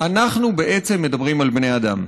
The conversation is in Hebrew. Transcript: אנחנו בעצם מדברים על בני אדם.